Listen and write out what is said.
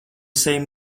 same